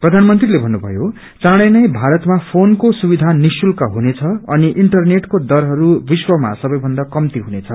प्रधानमीले भन्नुभयो चाँडैनै भारतमा फोनको सुविधा निःशुल्क अनि इंटरनेटको दरहरू विश्वमा सबैभन्दा कम्ती हुनेछ